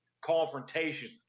confrontation